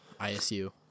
ISU